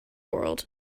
world